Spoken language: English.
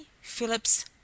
Phillips